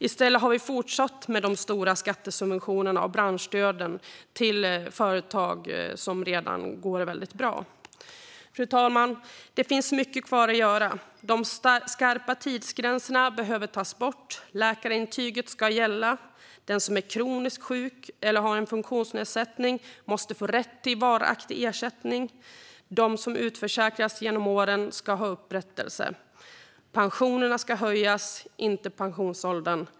I stället har vi fortsatt med stora skattesubventioner och branschstöd till företag som redan går väldigt bra. Fru talman! Det finns mycket kvar att göra. De skarpa tidsgränserna behöver tas bort. Läkarintyg ska gälla. Den som är kroniskt sjuk eller har en funktionsnedsättning måste få rätt till varaktig ersättning. De som utförsäkrats genom åren ska ha upprättelse. Pensionerna ska höjas, inte pensionsåldern.